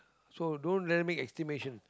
so don't let them make estimation